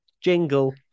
jingle